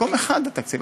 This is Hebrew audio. מקום אחד בתקציב.